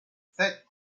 sept